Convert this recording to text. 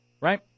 right